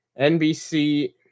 NBC